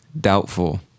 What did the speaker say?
Doubtful